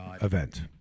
event